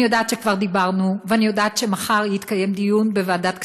אני יודעת שכבר דיברנו ואני יודעת שמחר יתקיים דיון בוועדת הכספים,